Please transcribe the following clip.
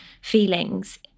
feelings